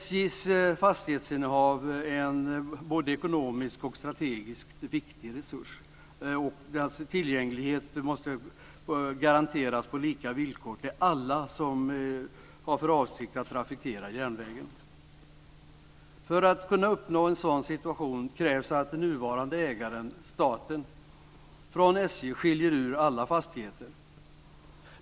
SJ:s fastighetsinnehav är en både ekonomiskt och strategiskt viktig resurs, och tillgängligheten måste garanteras på lika villkor för alla som har för avsikt att trafikera järnvägen. För att kunna uppnå en sådan situation krävs att den nuvarande ägaren staten från SJ skiljer ut alla fastigheter.